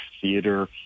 theater